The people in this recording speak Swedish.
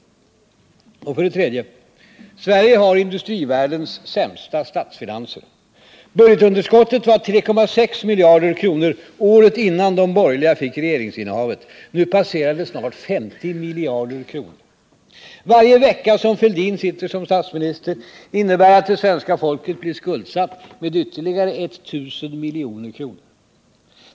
För det tredje: Sverige har industrivärldens sämsta statsfinanser. Budgetunderskottet var 3,6 miljarder kronor året innan de borgerliga fick regeringsinnehavet. Nu passerar det snart 50 miljarder kronor. Varje vecka som Fälldin sitter som statsminister innebär att svenska folket blir skuldsatt med ytterligare 1000 milj.kr.